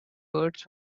birds